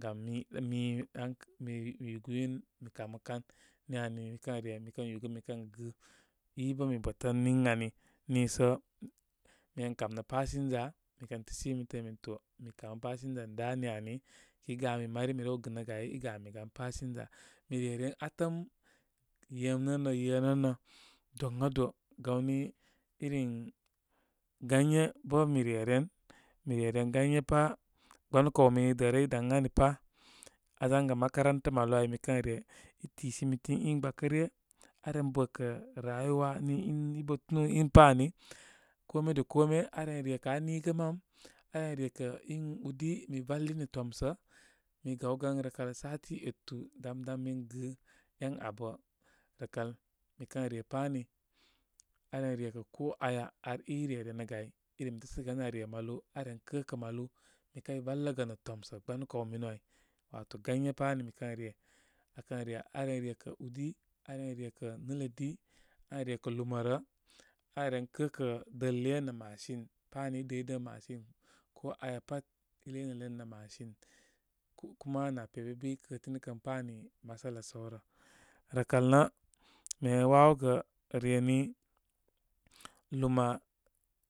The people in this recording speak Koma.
Gam mi mi dan mi mi yuguj mi kamokan ni ani mi kən re, mikən yugə mikən gi ibə mi bətə ən niŋ ani. Nə so mi kamrnə passenger mikən təəsi min təə min to mi kama passenger ən da mani. Kəy gami mari mirol gɨnəgəayi gamigan passenger. Mire ren atəm yenə mnə zanəni nə doyado. Gaw ni min gauye bə mi reren-mire ren gauye pa gbanukaw mini derə ida ə ani pá. Aá zaŋgə makarnata malu áy mikən re, itisimitin ingbukə ryə. Aren bəkə rayuwa ni in ibə tunu inu pá ani. Kame da kome area rekə aa nigə mam, aren rekə in udi mi valinə tomsə. Mi gawgan nəkal sati etu dam dan min gɨ en abə. Rəkal mikənre pámirən rekə ko aya ari, iroyaga áy remo təəsoyə an are malu aro totə maw. Mikəy voləgə nə tamsə. Gbamu kaw minu áy walə gamyepa ni mikən re ukən ne anen rekə údi, aren vekə nɨtə ai, aren rekə luma rə. Aren kakə, dəlyə nə machine. Pam i dəydən machine. Ko aya pat i ləynələy nə machine ko kuma napep bi bəi kətini kən páni, matsuda səwrə rəkal nə mi ren wawəgə reni luma